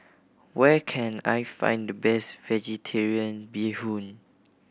where can I find the best Vegetarian Bee Hoon